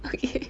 okay